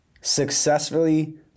successfully